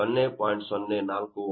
0238 ನ್ನು 0